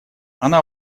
она